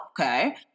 okay